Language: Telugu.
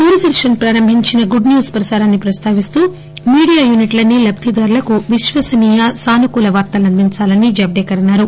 దూరదర్శన్ ప్రారంభించిన గుడ్ న్యూస్ ప్రసారాన్ని ప్రస్తావిస్తూ మీడియా యూనిట్లన్నీ లబ్దిదారులకు విశ్వసనీయ సానుకూల వార్తలను అందించాలని జవదేకర్ అన్నారు